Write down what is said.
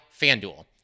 FanDuel